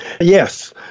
yes